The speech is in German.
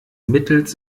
mittels